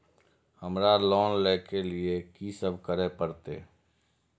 हमरा लोन ले के लिए की सब करे परते?